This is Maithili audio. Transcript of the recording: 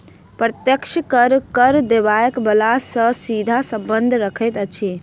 प्रत्यक्ष कर, कर देबय बला सॅ सीधा संबंध रखैत अछि